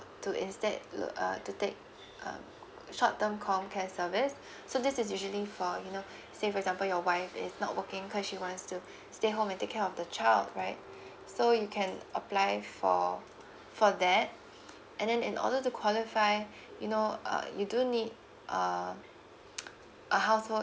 to instead look uh to take um short term com care service so this is usually for you know say for example your wife is not working cause she wants to stay home and take care of the child right so you can apply for for that and then in order to qualify you know uh you do need uh a household